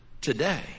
today